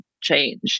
change